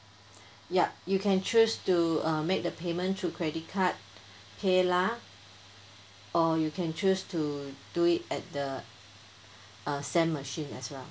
yup you can choose to uh make the payment through credit card PayLah or you can choose to do it at the uh SAM machine as well